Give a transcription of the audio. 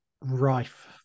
rife